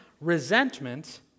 resentment